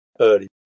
early